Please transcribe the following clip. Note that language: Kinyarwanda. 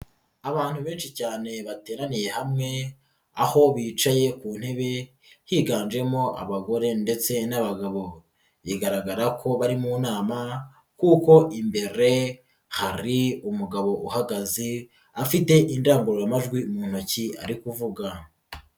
Abantu benshi cyane bateraniye hamwe aho bicaye ku ntebe higanjemo abagore ndetse n'abagabo, bigaragara ko bari mu nama kuko imbere hari umugabo uhagaze afite indangururamajwi mu ntoki ari kuvuga.